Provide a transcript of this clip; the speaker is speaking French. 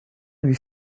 lui